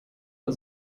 der